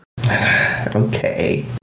Okay